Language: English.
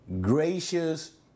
gracious